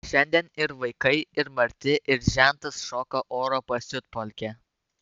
šiandien ir vaikai ir marti ir žentas šoka oro pasiutpolkę